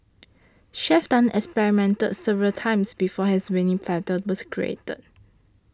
Chef Tan experimented several times before his winning platter was created